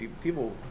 people